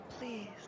Please